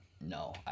no